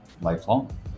lifelong